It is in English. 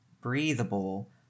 breathable